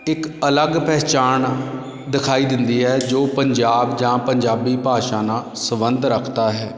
ਇੱਕ ਅਲੱਗ ਪਹਿਚਾਣ ਦਿਖਾਈ ਦਿੰਦੀ ਹੈ ਜੋ ਪੰਜਾਬ ਜਾਂ ਪੰਜਾਬੀ ਭਾਸ਼ਾ ਨਾਲ ਸੰਬੰਧ ਰੱਖਦਾ ਹੈ